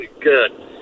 Good